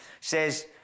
says